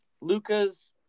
Luca's